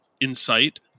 Insight